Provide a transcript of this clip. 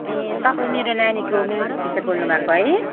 ए तपाईँ मेरो नानीको म्युजिक टिचर बोल्नु भएको है